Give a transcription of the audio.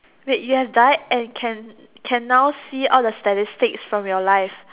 wait you have died and can can now see all the statistics from your life